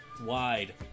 wide